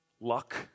luck